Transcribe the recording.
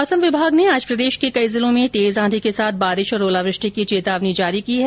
मौसम विभाग ने आज प्रदेश के कई जिलों में तेज आंधी के साथ बारिश और ओलावृष्टि होने की चेतावनी जारी की है